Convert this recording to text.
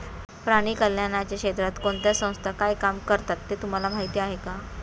प्राणी कल्याणाच्या क्षेत्रात कोणत्या संस्था काय काम करतात हे तुम्हाला माहीत आहे का?